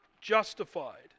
justified